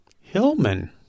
Hillman